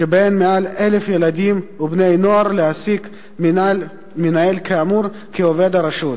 שבהן מעל 1,000 ילדים ובני-נוער להעסיק מנהל כאמור כעובד הרשות.